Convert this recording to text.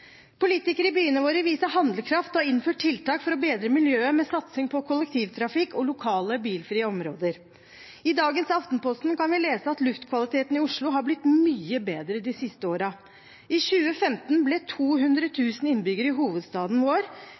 Politikere i byene våre viser handlekraft og har innført tiltak for å bedre miljøet med satsing på kollektivtrafikk og lokale bilfrie områder. I dagens Aftenposten kan vi lese at luftkvaliteten i Oslo er blitt mye bedre de siste årene. I 2015 ble 200 000 innbyggere i hovedstaden vår